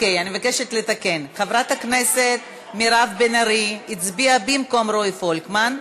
אני מבקשת לתקן: חברת הכנסת מירב בן ארי הצביעה במקום רועי פולקמן,